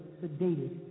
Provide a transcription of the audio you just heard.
sedated